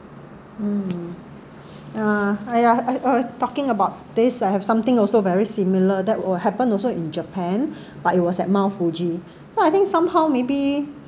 mm I I talking about this I have something also very similar that were happen also in japan but it was at mount fuji so I think somehow maybe